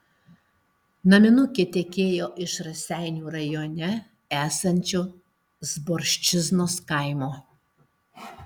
naminukė tekėjo iš raseinių rajone esančio zborčiznos kaimo